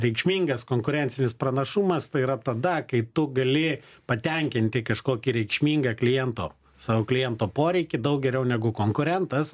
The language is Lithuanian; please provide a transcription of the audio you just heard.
reikšmingas konkurencinis pranašumas tai yra tada kai tu gali patenkinti kažkokį reikšmingą kliento savo kliento poreikį daug geriau negu konkurentas